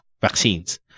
vaccines